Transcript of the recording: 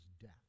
death